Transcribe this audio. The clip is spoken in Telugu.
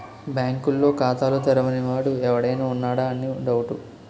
బాంకుల్లో ఖాతాలు తెరవని వాడు ఎవడైనా ఉన్నాడా అని డౌటు